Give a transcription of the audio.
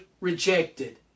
rejected